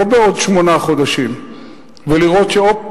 לא בעוד שמונה חודשים ולראות שהופ,